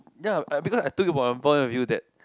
ya because I told you about my point of view that